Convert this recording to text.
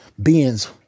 beings